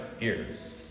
ears